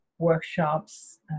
workshops